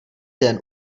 den